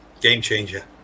game-changer